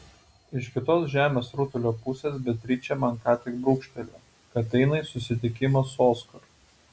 iš kitos žemės rutulio pusės beatričė man ką tik brūkštelėjo kad eina į susitikimą su oskaru